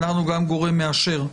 אנחנו גם גורם מאשר.